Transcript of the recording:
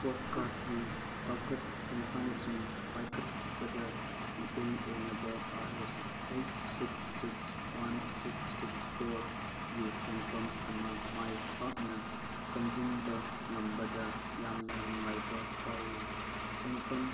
ꯀꯣꯠꯀꯥꯔꯠꯀꯤ ꯆꯥꯎꯈꯠ ꯈꯣꯡꯊꯥꯡꯁꯤꯡ ꯄꯥꯏꯈꯠꯄꯗ ꯃꯇꯦꯡ ꯑꯣꯏꯅꯕ R S eight six six one six six ꯐꯣꯔꯒꯤ ꯁꯦꯟꯐꯝ ꯑꯃ ꯃꯥꯏ ꯄꯥꯛꯅ ꯈꯣꯝꯖꯤꯟꯕ ꯉꯝꯕꯗ ꯌꯥꯝꯅ ꯅꯨꯡꯉꯥꯏꯕ ꯐꯥꯎꯏ ꯁꯦꯟꯐꯝ